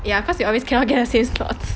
ya cause you always cannot get the same slot